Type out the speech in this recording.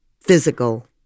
physical